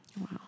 Wow